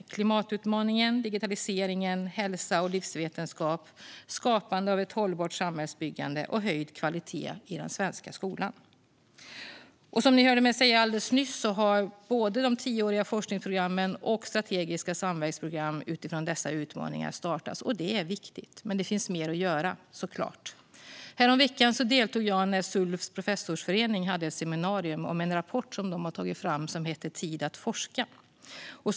Det var klimatutmaningen, digitaliseringen, hälsa och livsvetenskap, skapande av ett hållbart samhällsbyggande och höjd kvalitet i den svenska skolan. Som ni hörde mig säga alldeles nyss har både de tioåriga forskningsprogrammen och strategiska samverkansprogram utifrån dessa utmaningar startats. Det är viktigt. Men det finns såklart mer att göra. Häromveckan deltog jag när Sulfs professorsförening hade ett seminarium om en rapport som de har tagit fram som heter Ingen tid för forskning - om professorers arbetsvillkor 2018 .